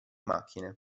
macchine